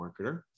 marketer